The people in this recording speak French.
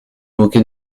moquer